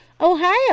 Ohio